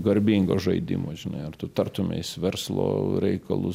garbingo žaidimo žinai ar tu tartumeisi verslo reikalus